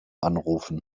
anrufen